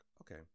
Okay